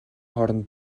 хооронд